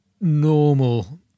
normal